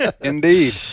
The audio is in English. Indeed